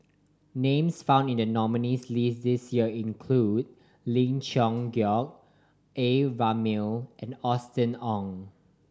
names found in the nominees' list this year include Ling Geok Choon A Ramli and Austen Ong